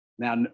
Now